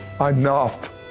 enough